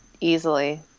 easily